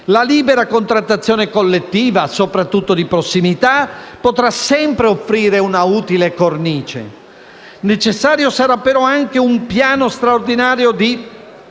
La libera contrattazione collettiva, soprattutto di prossimità, potrà sempre offrire una utile cornice. Necessario sarà però anche un piano straordinario di